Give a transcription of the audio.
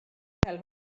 tell